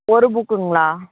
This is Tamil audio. ஒரு புக்குங்களா